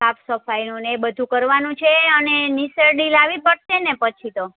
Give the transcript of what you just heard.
સાફ સફાઈનું ને એ બધું કરવાનું છે અને નિસરણી લાવવી પડશેને પછી તો